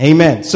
Amen